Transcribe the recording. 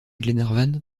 glenarvan